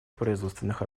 производственных